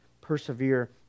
persevere